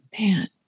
Man